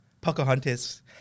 Pocahontas